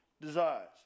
desires